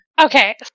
Okay